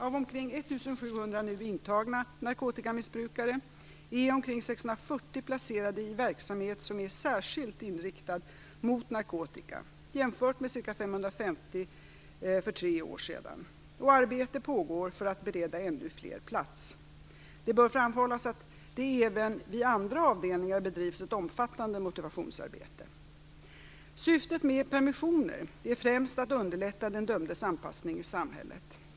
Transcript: Av omkring 640 placerade i verksamhet som är särskilt inriktad mot narkotika jämfört med ca 550 för tre år sedan, och arbete pågår för att bereda ännu fler plats. Det bör framhållas att det även vid andra avdelningar bedrivs ett omfattande motivationsarbete. Syftet med permissioner är främst att underlätta den dömdes anpassning i samhället.